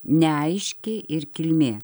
neaiški ir kilmė